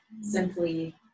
simply